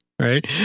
right